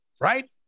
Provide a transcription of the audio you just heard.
right